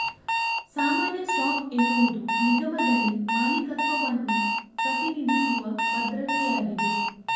ಸಾಮಾನ್ಯ ಸ್ಟಾಕ್ ಎನ್ನುವುದು ನಿಗಮದಲ್ಲಿ ಮಾಲೀಕತ್ವವನ್ನು ಪ್ರತಿನಿಧಿಸುವ ಭದ್ರತೆಯಾಗಿದೆ